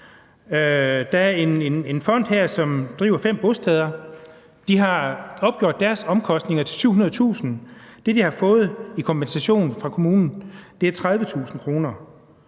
Der er en fond, som driver fem bosteder. De har opgjort deres omkostninger til 700.000 kr. Det, de har fået i kompensation fra kommunen, er 30.000 kr.